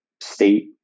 state